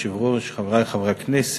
אדוני היושב-ראש, תודה רבה לך, חברי חברי הכנסת,